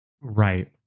right